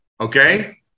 Okay